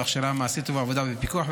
בהכשרה המעשית ובעבודה בפיקוח,